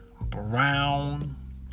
Brown